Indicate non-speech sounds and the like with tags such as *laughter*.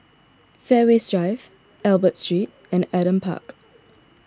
*noise* Fairways Drive Albert Street and Adam Park